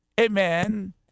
amen